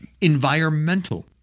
environmental